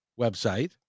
website